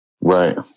Right